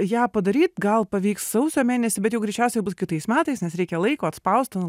ją padaryt gal pavyks sausio mėnesį bet jau greičiausiai bus kitais metais nes reikia laiko atspausti